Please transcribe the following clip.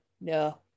no